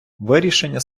вирішення